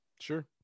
sure